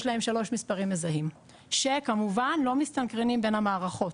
להם שלושה מספרים מזהים שכמובן לא מסתנכרנים בין המערכות.